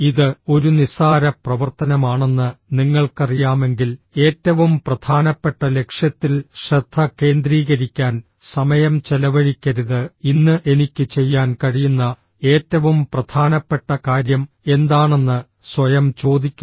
ഇത് ഒരു നിസ്സാര പ്രവർത്തനമാണെന്ന് നിങ്ങൾക്കറിയാമെങ്കിൽ ഏറ്റവും പ്രധാനപ്പെട്ട ലക്ഷ്യത്തിൽ ശ്രദ്ധ കേന്ദ്രീകരിക്കാൻ സമയം ചെലവഴിക്കരുത് ഇന്ന് എനിക്ക് ചെയ്യാൻ കഴിയുന്ന ഏറ്റവും പ്രധാനപ്പെട്ട കാര്യം എന്താണെന്ന് സ്വയം ചോദിക്കുക